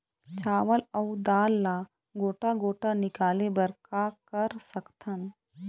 चावल अऊ दाल ला गोटा गोटा निकाले बर का कर सकथन?